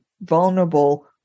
vulnerable